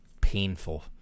painful